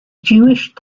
jewish